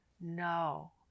No